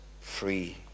free